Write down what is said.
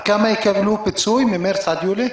איזה פיצוי, באחוזים, יקבלו ממרץ עד יוני?